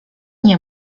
nie